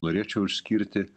norėčiau išskirti